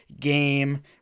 game